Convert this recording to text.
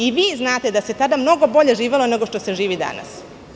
I vi znate da se tada mnogo bolje živelo nego što se živi danas.